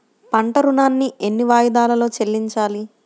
పంట ఋణాన్ని ఎన్ని వాయిదాలలో చెల్లించాలి?